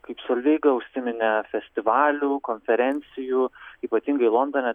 kaip solveiga užsiminė festivalių konferencijų ypatingai londone